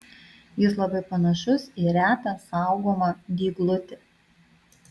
jis labai panašus į retą saugomą dyglutį